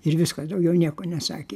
ir viskas daugiau nieko nesakė